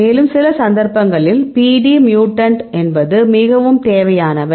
மேலும் சில சந்தர்ப்பங்களில் PD மியூட்டன்ட் என்பது மிகவும் தேவையானது